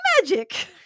magic